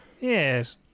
Yes